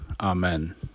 amen